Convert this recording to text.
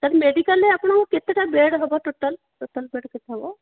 sir ମେଡ଼ିକାଲ୍ରେ ଆପଣଙ୍କର କେତେଟା ବେଡ଼୍ ହେବ ଟୋଟାଲ୍ ଟୋଟାଲ୍ ବେଡ଼୍ କେତେ ହେବ